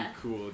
cool